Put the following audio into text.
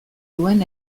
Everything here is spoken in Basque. duen